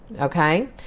okay